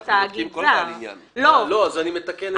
אני מתקן את זה.